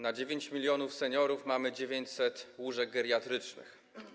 Na 9 mln seniorów mamy 900 łóżek geriatrycznych.